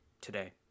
today